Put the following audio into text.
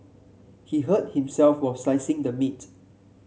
he hurt himself while slicing the meat